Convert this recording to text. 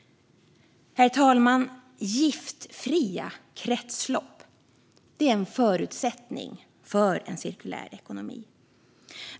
Herr talman! Giftfria kretslopp är en förutsättning för en cirkulär ekonomi.